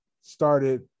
started